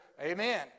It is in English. Amen